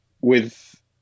with-